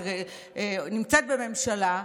שנמצאת בממשלה,